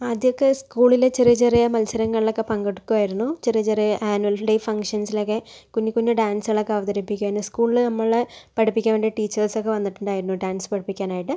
ആദ്യമൊക്കെ സ്കൂളിലെ ചെറിയ ചെറിയ മത്സരങ്ങളിലൊക്കെ പങ്കെടുക്കുവായിരുന്നു ചെറിയ ചെറിയ ആനുവൽ ഡേ ഫങ്ഷൻസിലൊക്കെ കുഞ്ഞു കുഞ്ഞു ഡാൻസുകളൊക്കെ അവതരിപ്പിക്കാനും സ്കൂളില് നമ്മളെ പഠിപ്പിക്കാൻ വേണ്ടി ടീച്ചേർസ് ഒക്കെ വന്നിട്ടുണ്ടായിരുന്നു ഡാൻസ് പഠിപ്പിക്കാനായിട്ട്